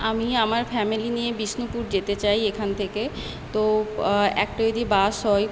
আমি আমার ফ্যামিলি নিয়ে বিষ্ণুপুর যেতে চাই এখান থেকে তো একটা যদি বাস হয়